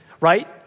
right